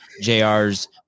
JR's